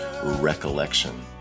Recollection